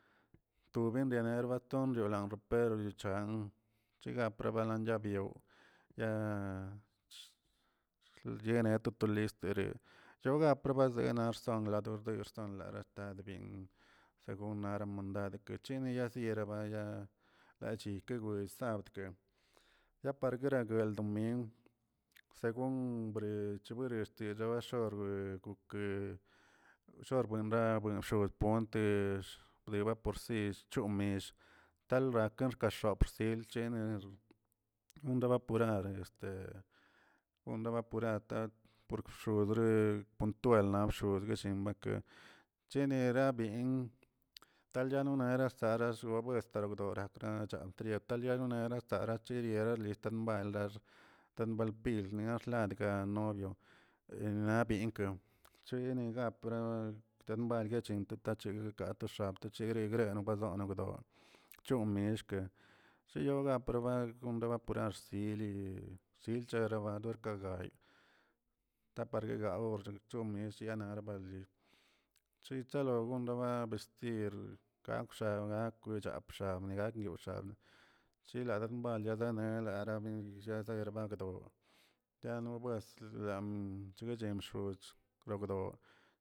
To ben denebra tonchiori yopero liuchan chegan prabalambyo chyare toto list yoga prabazenaxt konladordersa para stad bin según naren mandade kechini yesi yaraba lachigui kigwegsa yapare galgrodomingw según brechewen extishorbre gokeꞌ shorbuenra shorbuen gontex bwaporsiich choon talraken xkaxopsh yelchener gonraba purar gonraba purar tat bxobre twelnab bxogre makə chene rabin talyanona sara robuestra dora nachan trian astraracherie alistan buenlaa talbanpineaa ladgan norio he labinkə chene gaprna btambal gachin chegue gato xabto gregre bazolono chon mixkeꞌə siyolaproba proba purar sili silchoerab dorkagay taparguegaorchega ronesinalbargal chichalo gonrraba tirə agkwxag gakwə napxag yog wixag chiladjmbal neralabe nader bakdoꞌ tiano besli dam cheguechiꞌ bxoz logdoꞌ.